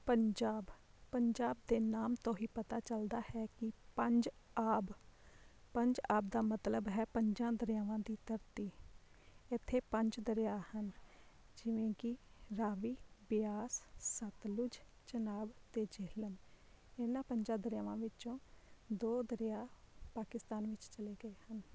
ਪੰਜਾਬ ਪੰਜਾਬ ਦੇ ਨਾਮ ਤੋਂ ਹੀ ਪਤਾ ਚੱਲਦਾ ਹੈ ਕਿ ਪੰਜ ਆਬ ਪੰਜ ਆਬ ਦਾ ਮਤਲਬ ਹੈ ਪੰਜਾਂ ਦਰਿਆਵਾਂ ਦੀ ਧਰਤੀ ਇੱਥੇ ਪੰਜ ਦਰਿਆ ਹਨ ਜਿਵੇਂ ਕਿ ਰਾਵੀ ਬਿਆਸ ਸਤਲੁਜ ਚਨਾਬ ਅਤੇ ਜੇਹਲਮ ਇਹਨਾਂ ਪੰਜਾਂ ਦਰਿਆਵਾਂ ਵਿੱਚੋਂ ਦੋ ਦਰਿਆ ਪਾਕਿਸਤਾਨ ਵਿੱਚ ਚਲੇ ਗਏ ਹਨ